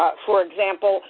for example,